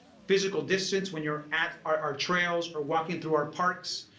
physical distance when you're at our trails or walking through our parks,